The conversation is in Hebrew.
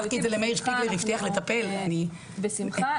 בשמחה.